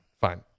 Fine